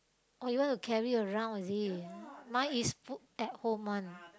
oh you want to carry around is it mine is at home one